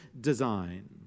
design